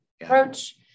approach